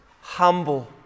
Humble